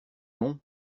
nom